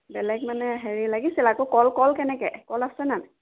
বেলেগ মানে হেৰি লাগিছিল আকৌ কল কল কেনেকৈ কল আছে নাই